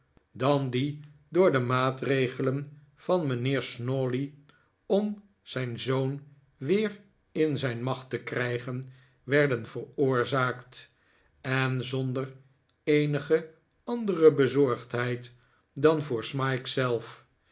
dan die door de maatregelen van mijnheer snawley om zijn zoon weer in zijn macht te krijgen werden veroorzaakt en zonder eenige andere bezorgdheid dan voor smike zelf